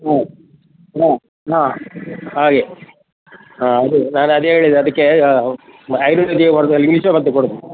ಹಾಂ ಹಾಂ ಹಾಂ ಹಾಗೆ ಹಾಂ ಅದೇ ನಾನು ಅದೇ ಹೇಳಿದ್ದು ಅದಕ್ಕೇ ಆಯುರ್ವೇದಿಕ್ ಕೊಡೋದಲ್ಲ ಇಂಗ್ಲೀಷೇ ಮದ್ದು ಕೊಡೋದು